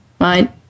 Right